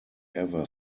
ever